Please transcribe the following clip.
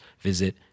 visit